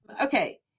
Okay